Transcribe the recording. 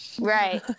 right